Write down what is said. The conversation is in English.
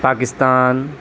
Pakistan